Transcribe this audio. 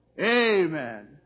Amen